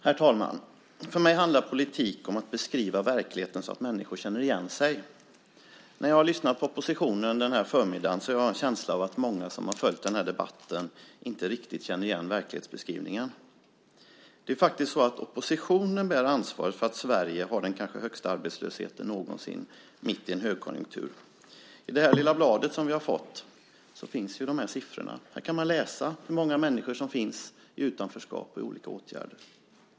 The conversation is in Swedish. Herr talman! För mig handlar politik om att beskriva verkligheten så att människor känner igen sig. När jag har lyssnat på oppositionen denna förmiddag har jag haft en känsla av att många som har följt debatten inte riktigt känner igen verklighetsbeskrivningen. Det är faktiskt så att oppositionen bär ansvaret för att Sverige har den kanske högsta arbetslösheten någonsin mitt i en högkonjunktur. I det här lilla bladet som vi har fått finns siffrorna. Där kan man läsa hur många människor som finns i utanförskap i olika åtgärder.